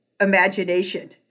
imagination